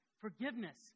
forgiveness